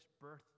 birth